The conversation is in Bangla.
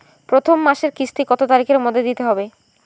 প্রথম মাসের কিস্তি কত তারিখের মধ্যেই দিতে হবে?